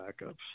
backups